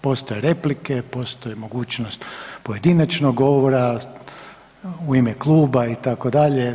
Postoje replike, postoji mogućnost pojedinačnog govora, u ime kluba itd.